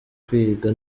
kwiga